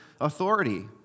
authority